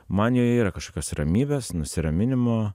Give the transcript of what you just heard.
man joje yra kažkios ramybės nusiraminimo